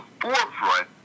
forefront